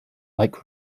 like